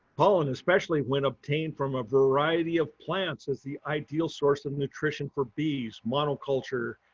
pollen especially when obtained from a variety of plants is the ideal source of nutrition for bees. monoculture,